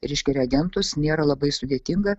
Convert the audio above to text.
reiškia reagentus nėra labai sudėtinga